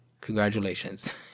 Congratulations